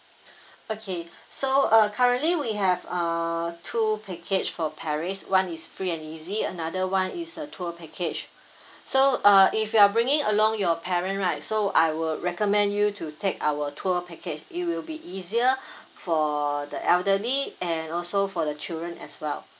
okay so uh currently we have uh two package for paris one is free and easy another one is a tour package so uh if you're bringing along your parent right so I will recommend you to take our tour package it will be easier for the elderly and also for the children as well